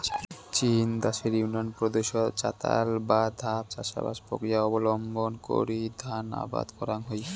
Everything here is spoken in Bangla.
চীন দ্যাশের ইউনান প্রদেশত চাতাল বা ধাপ চাষবাস প্রক্রিয়া অবলম্বন করি ধান আবাদ করাং হই